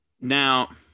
now